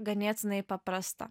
ganėtinai paprasta